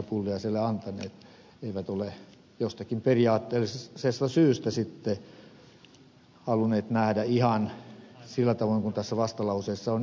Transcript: pulliaiselle antaneet eivät ole jostakin periaatteellisesta syystä sitten halunneet nähdä ihan sillä tavoin kuin tässä vastalauseessa on esitetty